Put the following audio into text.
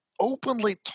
openly